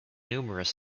numerous